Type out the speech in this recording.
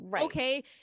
Okay